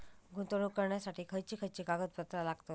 गुंतवणूक करण्यासाठी खयची खयची कागदपत्रा लागतात?